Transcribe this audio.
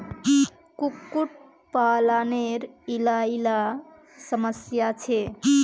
कुक्कुट पालानेर इला इला समस्या छे